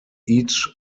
each